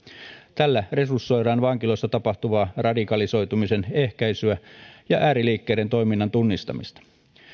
tällä resursoidaan vankiloissa tapahtuvaa radikalisoitumisen ehkäisyä ja ääriliikkeiden toiminnan tunnistamista